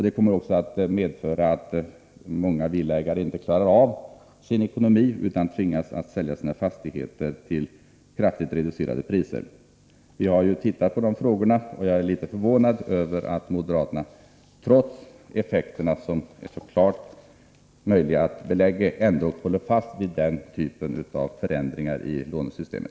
Det kommer också att medföra att många villaägare inte klarar av sin ekonomi utan tvingas att sälja sina fastigheter till kraftigt reducerade priser. Vi har tittat på de här frågorna. Jag är litet förvånad över att moderaterna, trots att effekterna är så klara, håller fast vid den typen av förändringar i lånesystemet.